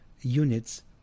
units